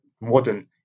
modern